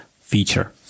feature